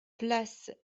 place